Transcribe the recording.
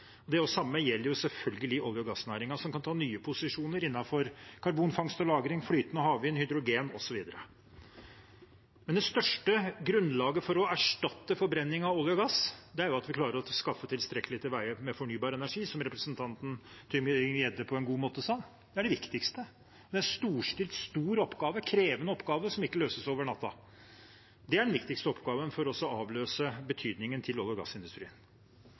Det samme gjelder selvfølgelig olje- og gassnæringen, som kan ta nye posisjoner innenfor karbonfangst og lagring, flytende havvind, hydrogen osv. Det største grunnlaget for å erstatte forbrenning av olje og gass er at vi klarer å skaffe til veie tilstrekkelig fornybar energi, som representanten Tybring-Gjedde sa på en god måte. Det er det viktigste. Det er en storstilt og krevende oppgave som ikke løses over natten. Det er den viktigste oppgaven for å avløse betydningen til olje- og gassindustrien.